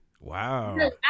Wow